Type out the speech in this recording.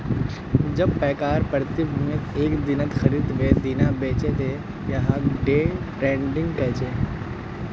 जब पैकार प्रतिभूतियक एक दिनत खरीदे वेय दिना बेचे दे त यहाक डे ट्रेडिंग कह छे